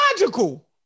logical